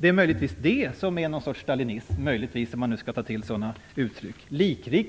Det är möjligen det som är någon sorts stalinism, om man nu skall ta till sådana uttryck. Det är